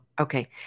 Okay